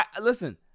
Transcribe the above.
Listen